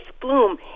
bloom